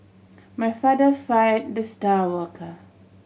my father fire the star worker